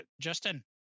Justin